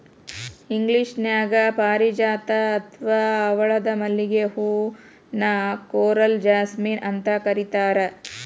ಇಂಗ್ಲೇಷನ್ಯಾಗ ಪಾರಿಜಾತ ಅತ್ವಾ ಹವಳದ ಮಲ್ಲಿಗೆ ಹೂ ನ ಕೋರಲ್ ಜಾಸ್ಮಿನ್ ಅಂತ ಕರೇತಾರ